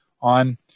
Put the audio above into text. on